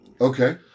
Okay